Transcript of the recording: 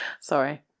Sorry